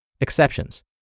Exceptions